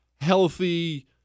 healthy